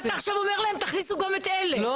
אני לא אומר להם שיכניסו גם את אלה,